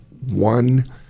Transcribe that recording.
one